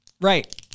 Right